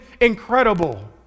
incredible